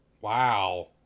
wow